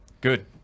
good